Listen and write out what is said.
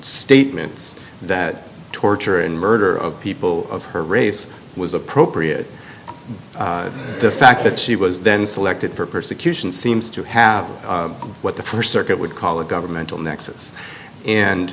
statements that torture and murder of people of her race was appropriate the fact that she was then selected for persecution seems to have what the first circuit would call a governmental nexus and